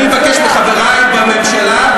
אני מבקש מחברי בממשלה,